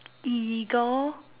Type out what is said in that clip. illegal